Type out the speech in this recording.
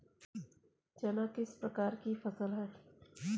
चना किस प्रकार की फसल है?